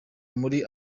muri